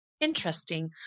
Interesting